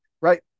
right